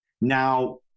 Now